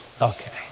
Okay